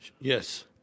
Yes